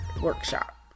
workshop